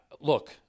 Look